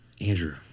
Andrew